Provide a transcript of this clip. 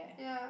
ya